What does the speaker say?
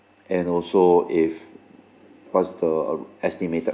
and also if what's the uh estimated